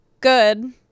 good